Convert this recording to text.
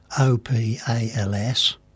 O-P-A-L-S